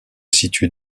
situe